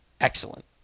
excellent